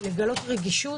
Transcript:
לגלות רגישות,